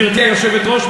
גברתי היושבת-ראש,